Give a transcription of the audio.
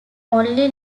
only